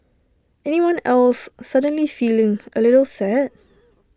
anyone else suddenly feeling A little sad